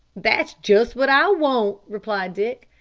that's just what i want, replied dick.